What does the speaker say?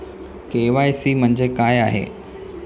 KYC म्हणजे काय आहे?